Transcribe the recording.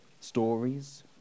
stories